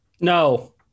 No